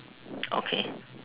okay